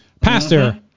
Pastor